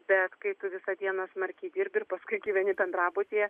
bet kai tu visą dieną smarkiai dirbi ir paskui gyveni bendrabutyje